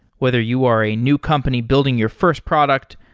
whether you are a new company building your first product,